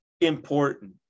important